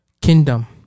kingdom